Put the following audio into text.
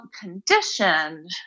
conditioned